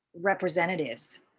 representatives